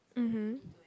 mmhmm